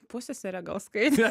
pusseserė gal skaitė